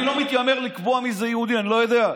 אני לא מתיימר לקבוע מי יהודי , אני לא יודע.